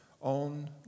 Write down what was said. on